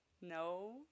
No